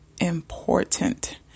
important